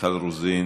מיכל רוזין,